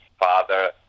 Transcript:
father